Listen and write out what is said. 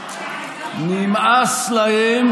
נמאס להם.